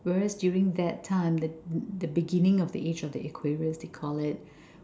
whereas during that time the the beginning of the age of the they call it